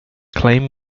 claim